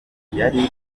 yari